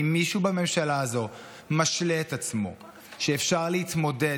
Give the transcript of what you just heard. אם מישהו בממשלה הזו משלה את עצמו שאפשר להתמודד